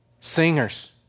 Singers